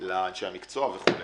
לאנשי המקצוע וכו'.